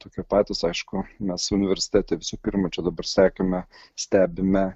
tokie patys aišku mes universitete visų pirma čia dabar sekėme stebime